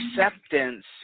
acceptance